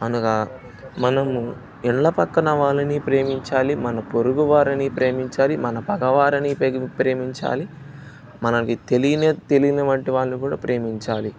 అనగా మనము ఇళ్ల పక్కన వాళ్ళని ప్రేమించాలి మన పొరుగు వారిని ప్రేమించాలి మన పగవారిని ప్రేమించాలి మనకు తెలియనే తెలియనటువంటి వాళ్ళు కూడా ప్రేమించాలి